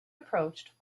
approached